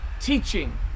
teaching